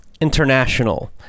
International